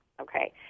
okay